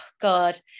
God